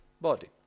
body